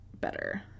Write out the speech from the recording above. better